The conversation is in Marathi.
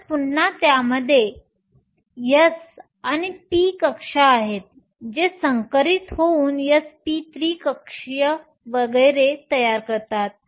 तर पुन्हा त्यात s आणि p कक्षा आहेत जे संकरित होऊन sp3 कक्षीय वगैरे तयार करतात